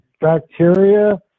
bacteria